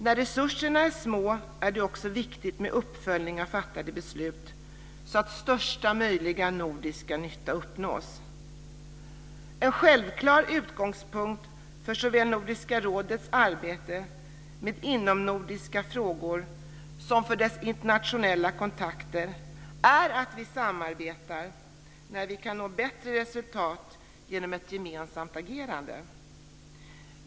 När resurserna är små är det också viktigt med uppföljning av fattade beslut så att största möjliga nordiska nytta uppnås. En självklar utgångspunkt såväl för Nordiska rådets arbete med inomnordiska frågor som för dess internationella kontakter är att vi samarbetar när vi kan nå bättre resultat genom ett gemensamt agerande.